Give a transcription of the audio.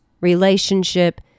relationship